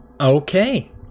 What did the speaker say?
Okay